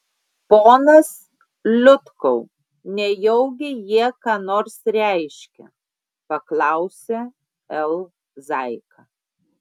ponas liutkau nejaugi jie ką nors reiškia paklausė l zaika